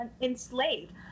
enslaved